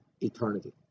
eternity